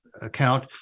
account